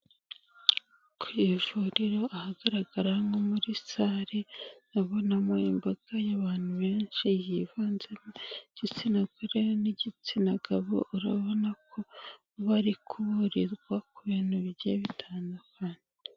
Ku ivuriro ahagaragara nko muri sale, urabonamo imbaga y'abantu benshi yivanzemo igitsina gore n'igitsina gabo urabona ko bari kuburizwa ku bintu bigiye bitandukanye.